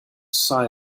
sigh